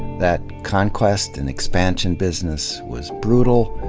that conquest and expansion business was brutal,